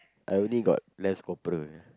I only got lance corporal only